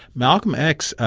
malcolm x,